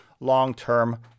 long-term